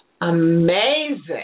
Amazing